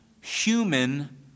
human